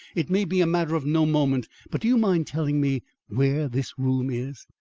it may be a matter of no moment, but do you mind telling me where this room is?